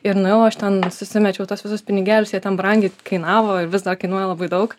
ir nuėjau aš ten susimečiau tuos visus pinigėlius jie ten brangiai kainavo ir vis dar kainuoja labai daug